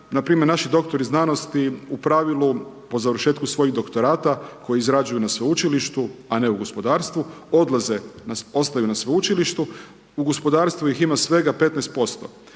naši doktori znanosti u pravilu po završetku svojih doktorata koji izrađuju na sveučilištu, a ne u gospodarstvu odlaze ostaju na sveučilištu u gospodarstvu ih ima svega 15%.